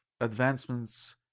advancements